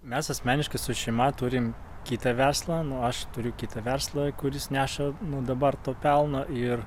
mes asmeniškai su šeima turim kitą verslą nu aš turiu kitą verslą kuris neša nu dabar to pelno ir